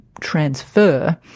transfer